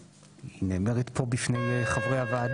(היו"ר משה ארבל) היא נאמרת פה בפני חברי הוועדה.